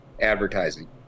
advertising